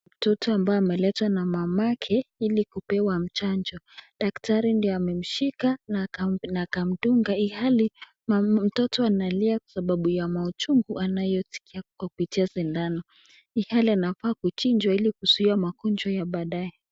Mtoto ambaye ameletwa na mama yake kupewa janjoo daktari ndio amemshika na kumtunga ihali mama mtoto analia sababu ya maujungu yanayapitia sindano ihali anafaa kujanjwa hili asiwa na makonjwa ya badaye.